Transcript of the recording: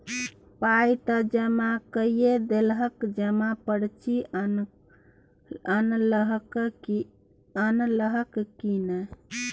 पाय त जमा कए देलहक जमा पर्ची अनलहक की नै